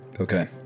Okay